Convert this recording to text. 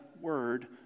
Word